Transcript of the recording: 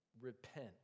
Repent